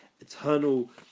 eternal